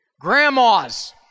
Grandmas